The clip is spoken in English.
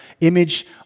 image